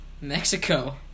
Mexico